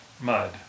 mud